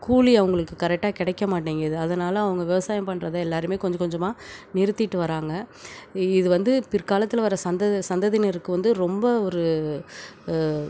கூலி அவங்களுக்கு கரெக்டாக கிடைக்க மாட்டேங்கிது அதனால அவங்க விவசாயம் பண்ணுறத எல்லாருமே கொஞ்சம் கொஞ்சமாக நிறுத்திகிட்டு வர்றாங்க இ இது வந்து பிற்காலத்தில் வர்ற சந்ததி சந்ததினருக்கு வந்து ரொம்ப ஒரு